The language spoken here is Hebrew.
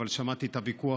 אבל שמעתי את הוויכוח,